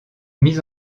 mise